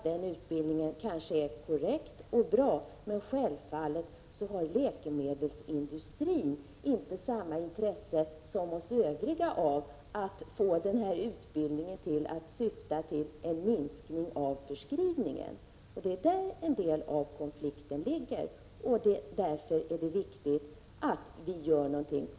Den utbildningen är säkert både korrekt och bra, men läkemedelsindustrin har självfallet inte samma intresse som vi av att utbildningen skall leda till en minskning av förskrivningen. Det är där en del av konflikten ligger, och därför är det viktigt att vi gör någonting.